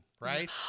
Right